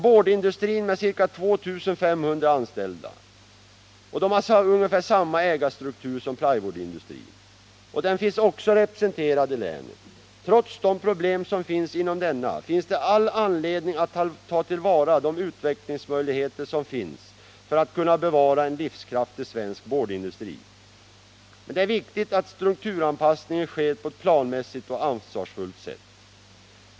Boardindustrin med ca 2 500 anställda har ungefär samma ägarstruktur som plywoodindustrin. Den finns också representerad i länet. Trots de problem som finns inom denna finns det all anledning att ta till vara de utvecklingsmöjligheter som finns för att kunna bevara en livskraftig svensk boardindustri. Men det är viktigt att strukturanpassningen sker på ett planmässigt och ansvarsfullt sätt.